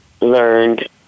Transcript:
learned